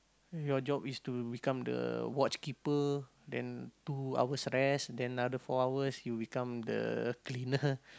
your job is to become the Watchkeeper then two hours rest then another four hours you become the cleaner